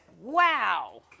wow